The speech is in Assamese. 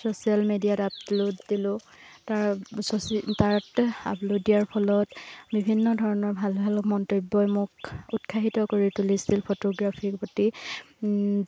ছ'চিয়েল মিডিয়াত আপলোড দিলোঁ তাৰ চ তাত আপলোড দিয়াৰ ফলত বিভিন্ন ধৰণৰ ভাল ভাল মন্তব্যই মোক উৎসাহিত কৰি তুলিছিল ফটোগ্ৰাফীৰ প্ৰতি